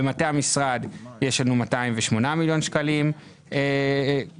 במטה המשרד יש 208 מיליון שקלים בערך,